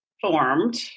formed